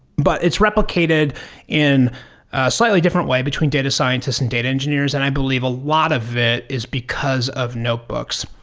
but it's replicated in a slightly different way between data scientists and data engineers. and i believe a lot of it is because of notebooks.